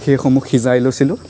সেইসমূহ সিজাই লৈছিলোঁ